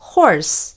Horse